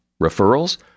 Referrals